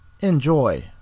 Enjoy